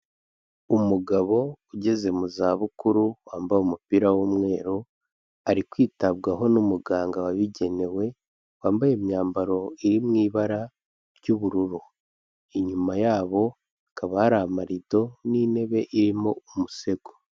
Umugabo ugeze mu za bukuru wambaye umupira w'umweru ari kwitabwaho n'umuganga wabigenewe wambaye imyambaro iri mu ibara ry'ubururu, inyuma yabo hakaba hari amarido n'intebe irimo umusego.